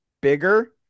Bigger